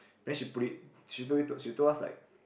then she put it she told us she told us like